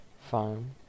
Fine